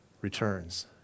returns